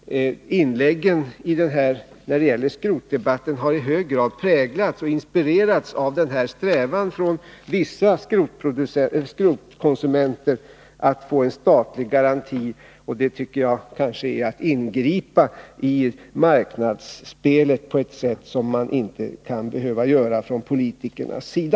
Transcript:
Inläggen i skrotdebatten har i hög grad präglats och inspirerats av vissa skrotkonsumenters strävan att få en statlig garanti. Det tycker jag kanske är att ingripa i marknadsspelet på ett sätt som politikerna inte skall behöva göra.